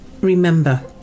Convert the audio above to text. remember